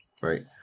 Right